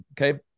okay